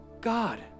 God